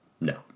No